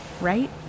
right